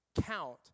count